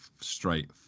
Straight